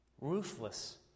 Ruthless